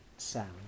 sound